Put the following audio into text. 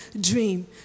dream